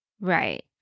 right